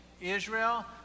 Israel